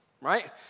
right